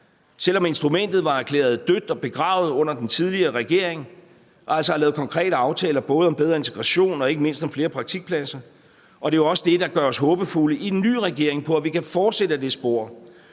selv om instrumentet var erklæret dødt og begravet under den tidligere regering – og altså lavede konkrete aftaler både om bedre integration og ikke mindst om flere praktikpladser. Det er jo også det, der gør os håbefulde i den nye regering, med hensyn til at vi kan fortsætte ad det spor